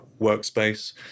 workspace